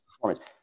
performance